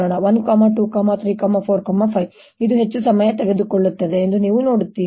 1 2 3 4 5 ಇದು ಹೆಚ್ಚು ಸಮಯ ತೆಗೆದುಕೊಳ್ಳುತ್ತದೆ ಎಂದು ನೀವು ನೋಡುತ್ತೀರಿ